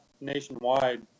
nationwide